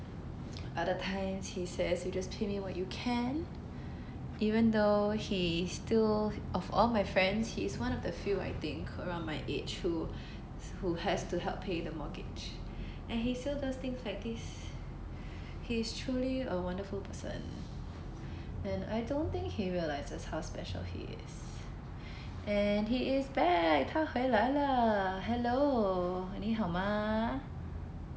other times he says you just pay me what you can even though he's still of all my friends he's one of the few I think around my age who who has to help pay the mortgage and he still does things like this he's truly a wonderful person and I don't think he realises how special he is and he is back 他回来了 hello 你好吗